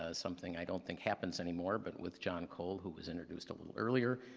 ah something i don't think happens anymore. but with john cole, who was introduced a little earlier,